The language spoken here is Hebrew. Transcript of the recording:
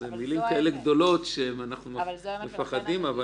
אלה מילים כאלה גדולות שאנחנו מפחדים מהן -- לכן המדיניות הייתה